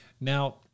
Now